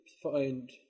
find